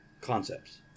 concepts